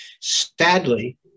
Sadly